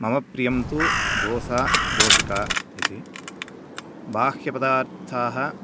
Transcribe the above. मम प्रियं तु दोसा रोटिका इति बाह्यपदार्थाः